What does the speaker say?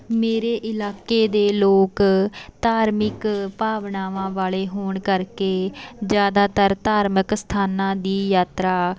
ਮੇਰੇ ਇਲਾਕੇ ਦੇ ਲੋਕ ਧਾਰਮਿਕ ਭਾਵਨਾਵਾਂ ਵਾਲੇ ਹੋਣ ਕਰਕੇ ਜ਼ਿਆਦਾਤਰ ਧਾਰਮਿਕ ਸਥਾਨਾਂ ਦੀ ਯਾਤਰਾ